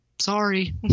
Sorry